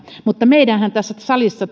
mutta meidän tehtävänähän tässä salissa